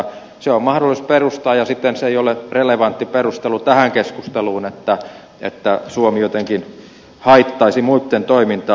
se on mahdollista perustaa ja siten se ei ole relevantti perustelu tähän keskusteluun että suomi jotenkin haittaisi muitten toimintaa